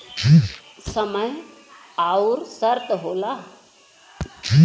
समय अउर शर्त होला